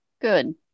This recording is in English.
Good